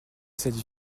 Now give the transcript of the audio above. cette